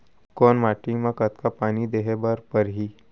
कोन माटी म कतका पानी देहे बर परहि?